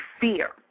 fear